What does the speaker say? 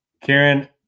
Karen